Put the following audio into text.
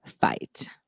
fight